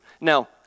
Now